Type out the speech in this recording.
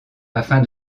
afin